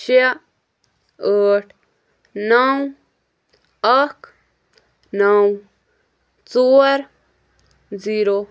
شےٚ ٲٹھ نو اَکھ نو ژور زیٖرو